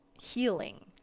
Healing